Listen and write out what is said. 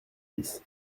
dix